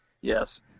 yes